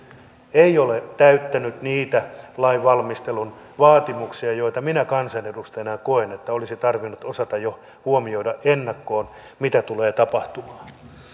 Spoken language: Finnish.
ei ole täyttänyt niitä lainvalmistelun vaatimuksia joita minä kansanedustajana koen että olisi tarvinnut osata jo huomioida ennakkoon mitä tulee tapahtumaan